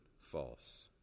false